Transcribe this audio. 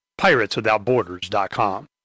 PiratesWithoutBorders.com